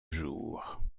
jours